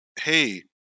hey